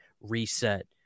reset